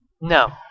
No